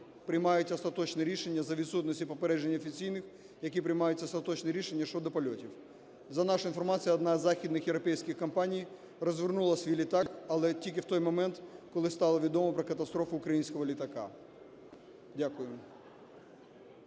приймають остаточне рішення за відсутності попереджень офіційних, які приймають остаточне рішення щодо польотів. За нашою інформацією, одна із західних європейських компаній розвернула свій літак, але тільки в той момент, коли стало відомо про катастрофу українського літака. Дякую.